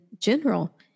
general